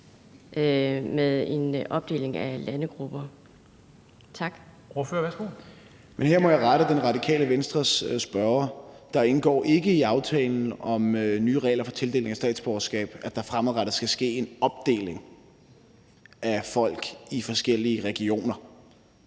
Morten Dahlin (V): Her må jeg rette Radikale Venstres spørger: Det indgår ikke i aftalen om nye regler for tildeling af statsborgerskab, at der fremadrettet skal ske en opdeling af folk i forskellige regioner.